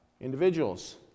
individuals